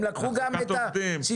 הם לקחו גם את הסיטונאות.